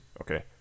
Okay